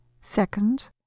Second